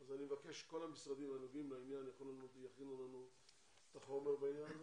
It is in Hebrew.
אני מבקש שכל המשרדים הנוגעים בעניין יכינו לנו את החומר בעניין הזה,